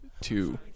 two